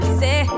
say